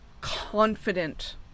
confident